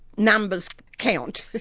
numbers count.